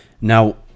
Now